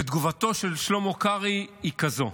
ותגובתו של שלמה קרעי היא כזו: